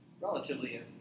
relatively